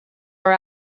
are